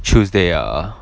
tuesday ah